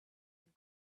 and